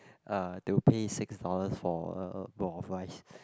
uh to pay six dollars for uh a bowl of rice